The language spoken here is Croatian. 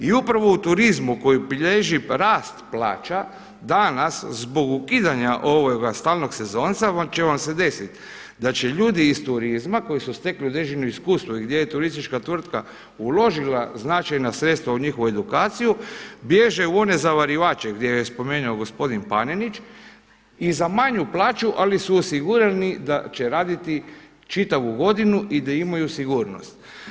I upravo u turizmu koji bilježi rast plaća danas zbog ukidanja ovog stalnog sezonca će vam se desiti da će ljudi iz turizma koji su stekli određeno iskustvo i gdje je turistička tvrtka uložila značajna sredstva u njihovu edukaciju, bježe u one zavarivače gdje je spomenuo gospodin Panenić i za manju plaću, ali su osigurani da će raditi čitavu godinu i da imaju sigurnost.